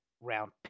round